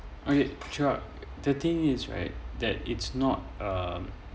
okay sure the thing is right that it's not um